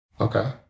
Okay